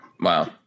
Wow